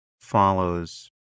follows